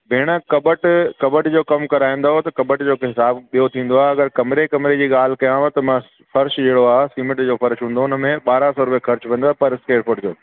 भेण कबट कबट जो कमु कराइदुव त कबट जो हिसाबु ॿियों थींदो आहे अगरि कमिरे कमिरे जी ॻाल्हि कयांव त मां फ़र्श जो आहे सीमेंट जो फ़र्श हूंदो हुन में ॿारहां सौ रुपए ख़र्चु पवंदो आहे पर स्क्वेर फुट जो